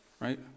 right